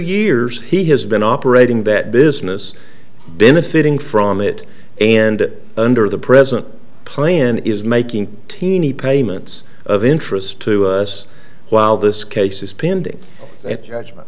years he has been operating that business benefiting from it and under the present plan is making teeny payments of interest to us while this case is pending